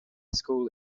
school